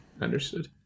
Understood